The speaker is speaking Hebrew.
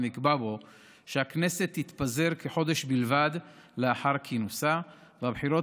ונקבע בו שהכנסת תתפזר כחודש בלבד לאחר כינוסה והבחירות